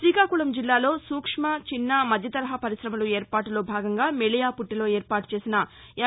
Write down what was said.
గ్రీకాకుళం జిల్లాలో సూక్ష్మ చిన్న మధ్య తరహా పరిశమలు ఏర్పాటులో భాగంగా మెళియాపుట్టిలో ఏర్పాటు చేసిన ఎం